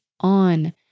on